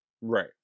Right